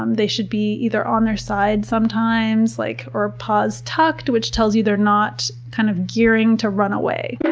um they should be either on their side sometimes like or paws tucked, which tells you they're not kind of gearing to run away. and